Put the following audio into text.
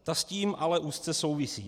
Ta s tím ale úzce souvisí.